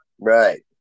Right